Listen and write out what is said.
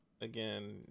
Again